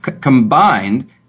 combined